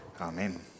Amen